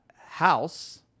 house